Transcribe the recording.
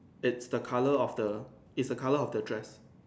it's the color of the it's the color of the drive